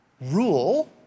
rule